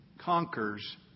conquers